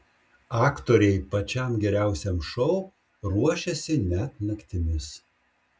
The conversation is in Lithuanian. aktoriai pačiam geriausiam šou ruošėsi net naktimis